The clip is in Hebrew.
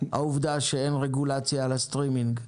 העובדה שאין רגולציה על הסטרימינג.